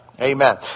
Amen